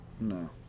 No